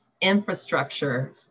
infrastructure